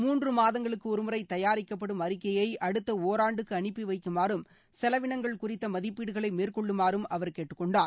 மூன்று மாதங்களுக்கு ஒருமுறை தயாரிக்கப்படும் அறிக்கையை அடுத்த ஒராண்டுக்கு அனுப்பி வைக்குமாறும் செலவினங்கள் குறித்த மதிப்பீடுகளை மேற்கொள்ளுமாறும் அவர் கேட்டுக் கொண்டார்